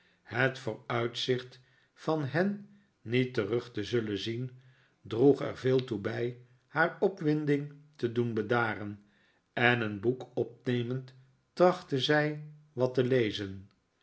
het vooruitzicht van hen niet terug te zullen zien droeg er veel toe bij haar op winding te doen bedaren en een boek opnemend trachtte zij wat te lezen